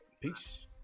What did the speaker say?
Peace